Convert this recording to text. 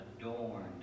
adorned